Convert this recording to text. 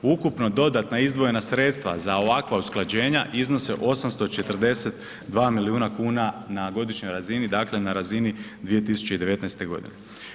Ukupno dodatno izdvojena sredstva za ovakva usklađenja iznose 842 milijuna kuna na godišnjoj razini, dakle na razini 2019. godine.